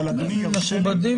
מכובדי,